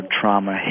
trauma